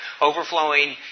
overflowing